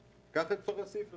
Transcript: קח את כפר יאסיף לדוגמה,